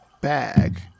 bag